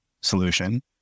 solution